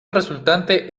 resultante